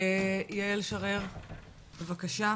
יעל שרר, בבקשה,